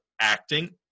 acting